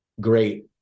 great